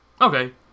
Okay